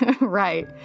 Right